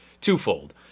twofold